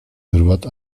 hırvat